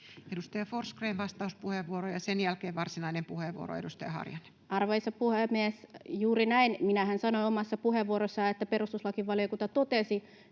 Edustaja Forsgrén, vastauspuheenvuoro, ja sen jälkeen edustaja Harjanne, varsinainen puheenvuoro. Arvoisa puhemies! Juuri näin. Minähän sanoin omassa puheenvuorossani, että perustuslakivaliokunta totesi